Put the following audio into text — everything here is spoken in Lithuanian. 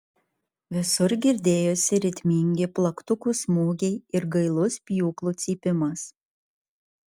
visur girdėjosi ritmingi plaktukų smūgiai ir gailus pjūklų cypimas